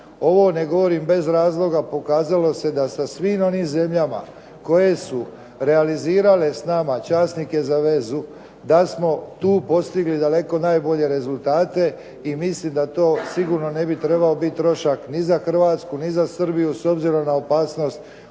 Ovo ne govorim bez razloga. Pokazalo se da sa svim onim zemljama koje su realizirale s nama časnike za vezu da smo tu postigli daleko najbolje rezultate i mislim da to sigurno ne bi trebao biti trošak ni za Hrvatsku, ni za Srbiju s obzirom na opasnost